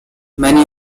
many